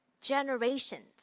generations